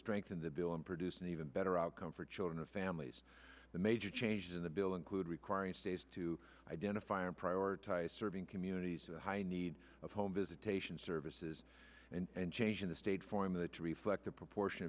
for the in the bill in produce an even better outcome for children and families the major changes in the bill include requiring states to identify and prioritize serving communities high need of home visitation services and changing the state formula to reflect the proportion